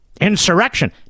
Insurrection